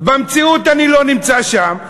במציאות אני לא נמצא שם,